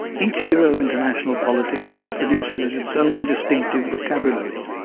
each era of international politics produces its own distinctive vocabulary,